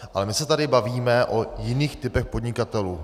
Ale my se tady bavíme o jiných typech podnikatelů.